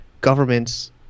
governments